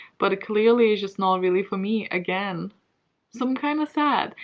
but clearly it's just not really for me, again so, i'm kind of sad.